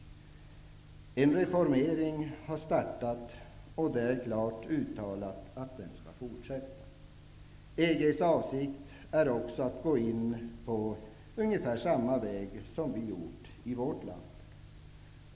En reformering har startat, och det är klart uttalat att den skall fortsätta. EG:s avsikt är också att gå in på ungefär samma väg som vi har gjort i vårt land.